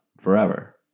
forever